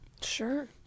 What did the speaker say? Sure